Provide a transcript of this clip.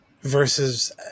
Versus